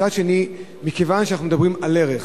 מצד שני, מכיוון שאנחנו מדברים על ערך,